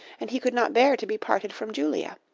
and he could not bear to be parted from julia.